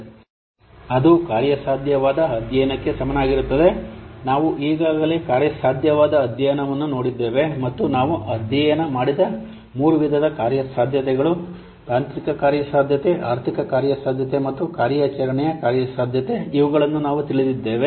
ಅವನು ಅದು ಕಾರ್ಯಸಾಧ್ಯವಾದ ಅಧ್ಯಯನಕ್ಕೆ ಸಮನಾಗಿರುತ್ತದೆ ನಾವು ಈಗಾಗಲೇ ಕಾರ್ಯಸಾಧ್ಯವಾದ ಅಧ್ಯಯನವನ್ನು ನೋಡಿದ್ದೇವೆ ಮತ್ತು ನಾವು ಅಧ್ಯಯನ ಮಾಡಿದ ಮೂರು ವಿಧದ ಕಾರ್ಯಸಾಧ್ಯತೆಗಳು ತಾಂತ್ರಿಕ ಕಾರ್ಯಸಾಧ್ಯತೆ ಆರ್ಥಿಕ ಕಾರ್ಯಸಾಧ್ಯತೆ ಮತ್ತು ಕಾರ್ಯಾಚರಣೆಯ ಕಾರ್ಯಸಾಧ್ಯತೆ ಇವುಗಳನ್ನು ನಾವು ತಿಳಿದಿದ್ದೇವೆ